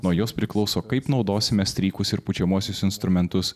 nuo jos priklauso kaip naudosime strykus ir pučiamuosius instrumentus